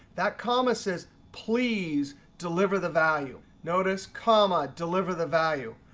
that comma says please deliver the value. notice comma deliver the value.